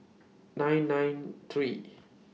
nine nine three